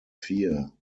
fear